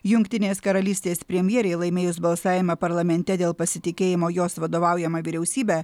jungtinės karalystės premjerei laimėjus balsavimą parlamente dėl pasitikėjimo jos vadovaujama vyriausybe